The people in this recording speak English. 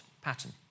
pattern